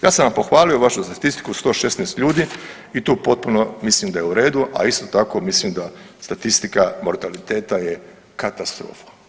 Ja sam vam pohvalio vašu statistiku 116 ljudi i tu potpuno mislim da je u redu, a isto tako mislim da statistika mortaliteta je katastrofa.